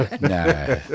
No